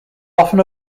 often